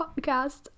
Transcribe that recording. podcast